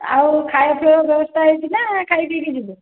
ଆଉ ଖାଇବା ପିଇବା ବ୍ୟବସ୍ଥା ହୋଇଛି ନା ଖାଇ ପିଇକି ଯିବୁ